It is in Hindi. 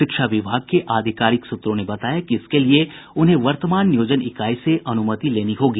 शिक्षा विभाग के आधिकारिक सूत्रों ने बताया कि इसके लिए उन्हें वर्तमान नियोजन इकाई से अनुमति लेनी होगी